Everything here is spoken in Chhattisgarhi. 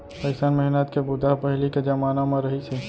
अइसन मेहनत के बूता ह पहिली के जमाना म रहिस हे